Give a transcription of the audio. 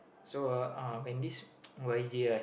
so uh when this Y J ah